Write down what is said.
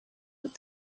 with